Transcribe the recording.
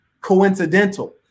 coincidental